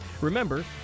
Remember